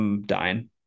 dying